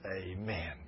amen